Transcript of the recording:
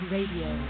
Radio